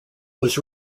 was